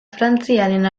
frantziaren